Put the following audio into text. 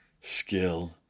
skill